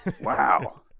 Wow